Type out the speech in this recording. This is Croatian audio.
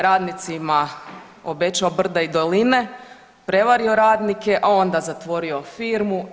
Radnicima obećao brda i doline, prevario radnike, a onda zatvorio firmu.